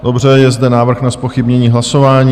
Dobře, je zde návrh na zpochybnění hlasování.